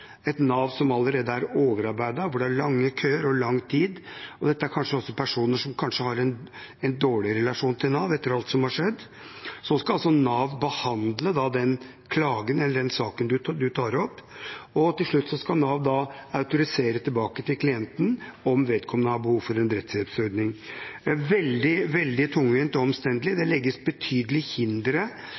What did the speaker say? et Nav som allerede er overarbeidet, og hvor det er lange køer og tar lang tid. Dette er personer som kanskje også har en dårlig relasjon til Nav etter alt som har skjedd. Så skal altså Nav behandle den klagen, eller den saken man tar opp, og til slutt skal Nav autorisere tilbake til klienten om vedkommende har behov for en rettshjelpsordning. Det er veldig, veldig tungvint og omstendelig. Det legges betydelige hindre